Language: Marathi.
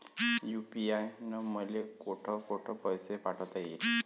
यू.पी.आय न मले कोठ कोठ पैसे पाठवता येईन?